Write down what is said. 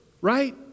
Right